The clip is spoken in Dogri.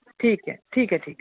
ठीक ऐ ठीक ऐ ठीक ऐ